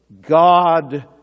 God